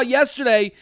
yesterday